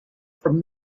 from